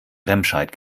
remscheid